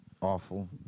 awful